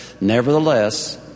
Nevertheless